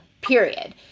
period